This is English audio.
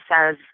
says